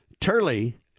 Turley